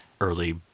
early